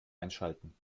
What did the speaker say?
einschalten